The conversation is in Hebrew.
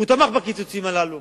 הוא תמך בקיצוצים הללו.